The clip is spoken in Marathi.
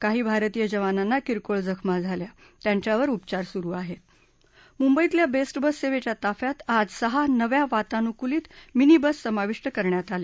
काही भारतीय जवानांना किरकोळ जखमा झाल्या त्यांच्यावर उपचार सुरु आहस्त मुंबईतल्या बस्टि बस सर्विंग्रा ताफ्यात आज सहा नव्या वातानुकूलीत मिनी बस समाविष्ट करण्यात आल्या